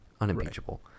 Unimpeachable